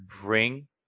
bring